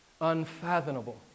Unfathomable